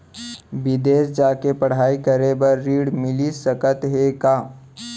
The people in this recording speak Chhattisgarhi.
बिदेस जाके पढ़ई करे बर ऋण मिलिस सकत हे का?